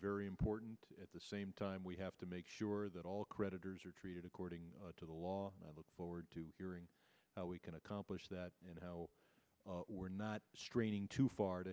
very important at the same time we have to make sure that all creditors are treated according to the law i look forward to hearing how we can accomplish that and we're not straining too far to